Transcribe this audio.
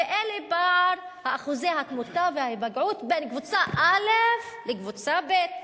וזה הפער באחוזי התמותה וההיפגעות בין קבוצה א' לקבוצה ב'.